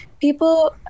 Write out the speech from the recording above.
people